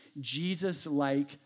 Jesus-like